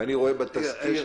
ואני רואה --- סליחה,